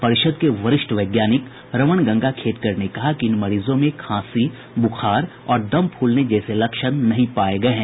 परिषद के वरिष्ठ वैज्ञानिक रमण गंगा खेडकर ने कहा कि इन मरीजों में खांसी बुखार और दम फुलने जैसे लक्षण नहीं पाये गये हैं